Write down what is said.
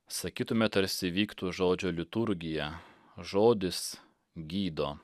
sakytume tarsi vyktų žodžio liturgija žodis gydo